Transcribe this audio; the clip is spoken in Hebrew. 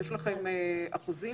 יש לכם אחוזים?